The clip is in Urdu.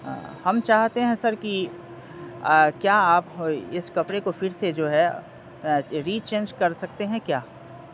ہم چاہتے ہیں سر کہ کیا آپ اس کپڑے کو پھر سے جو ہے ری چینج کر سکتے ہیں کیا